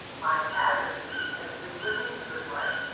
my advocacy has been living the good life,